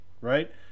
right